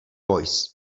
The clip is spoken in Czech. voice